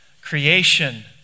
creation